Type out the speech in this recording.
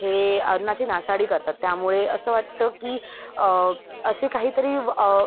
हे अन्नाची नासाडी करतात त्यामुळे असं वाटतं की असे काहीतरी